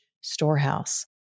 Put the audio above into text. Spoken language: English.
storehouse